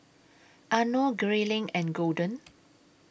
Arno Grayling and Golden